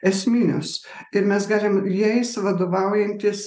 esminius ir mes galim jais vadovaujantis